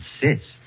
insist